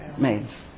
made